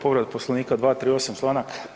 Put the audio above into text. Povreda Poslovnika 238. članak.